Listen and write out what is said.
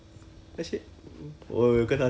then but but how how like how is